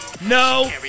No